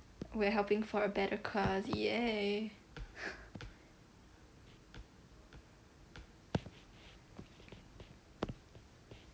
we're helping for a better cause !yay!